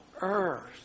earth